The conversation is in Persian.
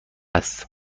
است